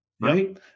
right